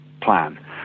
plan